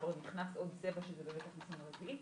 כבר נכנס עוד צבע שזה באמת החיסון הרביעי,